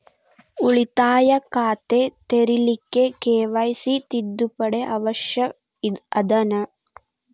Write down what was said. ಉಳಿತಾಯ ಖಾತೆ ತೆರಿಲಿಕ್ಕೆ ಕೆ.ವೈ.ಸಿ ತಿದ್ದುಪಡಿ ಅವಶ್ಯ ಅದನಾ?